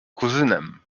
kuzynem